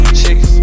chicks